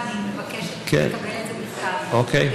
אוקיי.